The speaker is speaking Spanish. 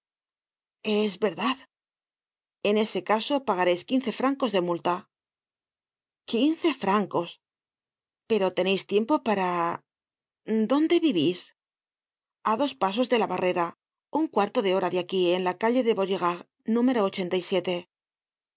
es verdad en ese caso pagareis quince francos de multa quince francos pero teneis tiempo para dónde vivís a dos pasos de la barrera un cuarto de hora de aqui en la calle de vaugirard número